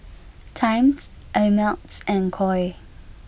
Times Ameltz and Koi